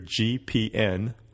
GPN